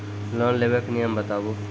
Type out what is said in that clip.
Loan लेबे के नियम बताबू?